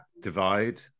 divide